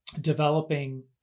developing